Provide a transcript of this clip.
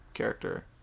Character